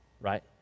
right